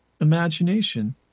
imagination